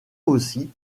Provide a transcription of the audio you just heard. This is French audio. aussi